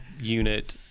unit